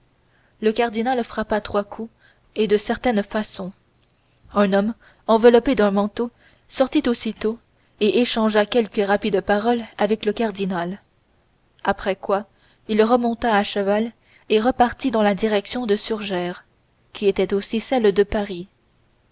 le cardinal frappa trois coups et de certaine façon un homme enveloppé d'un manteau sortit aussitôt et échangea quelques rapides paroles avec le cardinal après quoi il remonta à cheval et repartit dans la direction de surgères qui était aussi celle de paris